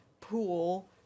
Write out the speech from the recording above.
pool